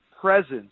presence